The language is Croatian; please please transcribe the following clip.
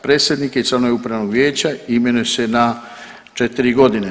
Predsjednike i članove upravnog vijeća imenuje se na 4.g.